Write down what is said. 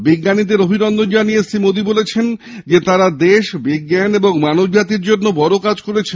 বিজ্ঞানীদের অভিনন্দনে জানিয়ে শ্রী মোদী বলেন তারা দেশ বিজ্ঞান এবং মানবজাতির জন্য বড় কাজ করেছেন